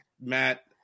Matt